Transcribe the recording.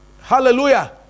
Hallelujah